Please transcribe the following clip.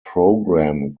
program